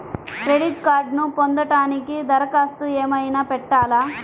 Credit కార్డ్ను పొందటానికి దరఖాస్తు ఏమయినా పెట్టాలా?